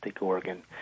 organ